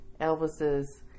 Elvis's